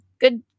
good